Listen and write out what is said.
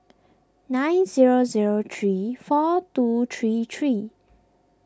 nine zero zero three four two three three